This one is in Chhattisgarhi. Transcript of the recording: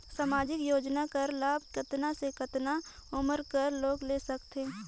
समाजिक योजना कर लाभ कतना से कतना उमर कर लोग ले सकथे?